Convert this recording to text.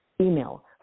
email